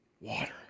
water